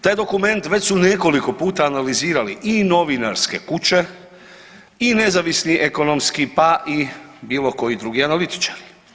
Taj dokument već su nekoliko puta analizirali i novinarske kuće i nezavisnih ekonomski pa i bilo koji drugi analitičari.